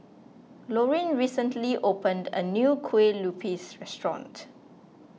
Lorin recently opened a new Kueh Lupis restaurant